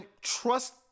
trust